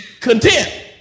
content